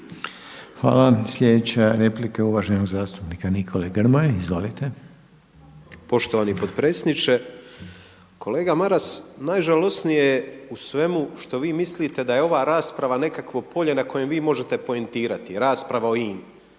Hvala. Slijedeća replika je uvaženog zastupnika Nikole Grmoje. Izvolite. **Grmoja, Nikola (MOST)** Poštovani potpredsjedniče, kolega Maras najžalosnije je u svemu što vi mislite da je ova rasprava nekakvo polje na kojem vi možete poentirati, rasprava o INA-i.